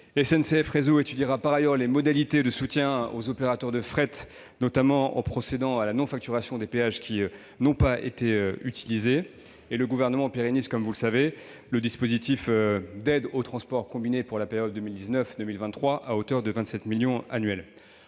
SNCF Réseau étudiera par ailleurs les modalités de soutien aux opérateurs de fret, notamment en procédant à la non-facturation des péages qui n'ont pas été utilisés. Le Gouvernement pérennise, comme vous le savez, le dispositif d'aide aux transports combinés pour la période 2019-2023, à hauteur de 27 millions d'euros